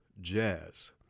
Jazz